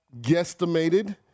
guesstimated